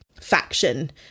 faction